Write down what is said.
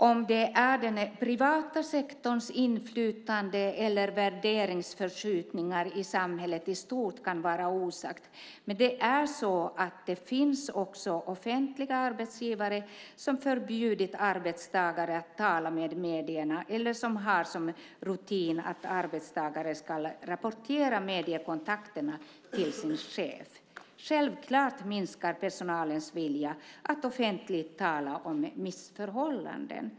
Om det är den privata sektorns inflytande eller värderingsförskjutningar i samhället i stort kan vara osagt, men det finns också offentliga arbetsgivare som har förbjudit arbetstagare att tala med medierna eller som har som rutin att arbetstagare ska rapportera mediekontakter till sin chef. Självklart minskar personalens vilja att offentligt tala om missförhållanden.